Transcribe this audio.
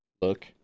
look